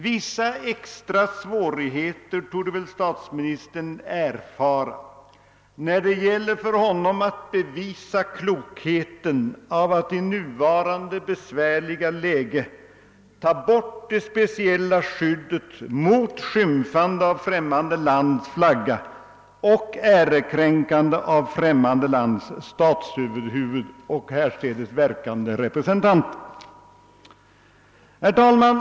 Vissa extra svårigheter torde väl statsministern erfara när det gäller för honom att bevisa klokheten i att i nuvarande besvärliga läge ta bort det speciella skyddet mot skymfande av främmande lands flagga och ärekränkande av främmande lands statsöverhuvud och härstädes verkande representant. Herr talman!